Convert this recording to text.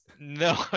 No